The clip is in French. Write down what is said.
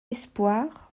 espoir